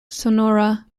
sonora